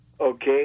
Okay